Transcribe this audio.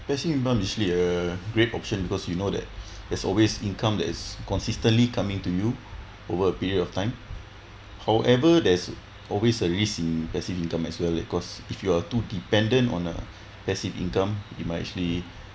passive income actually a great option because you know that there's always income that is consistently coming to you over a period of time however there is always a risk in passive income as well cause if you are too dependent on a passive income you might actually